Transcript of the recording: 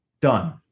Done